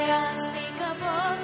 unspeakable